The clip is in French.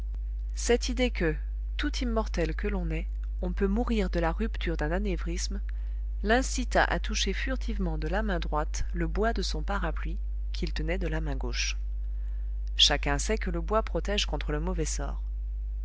cette idée que tout immortel que l'on est on peut mourir de la rupture d'un anévrisme l'incita à toucher furtivement de la main droite le bois de son parapluie qu'il tenait de la main gauche chacun sait que le bois protège contre le mauvais sort